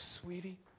sweetie